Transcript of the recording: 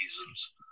reasons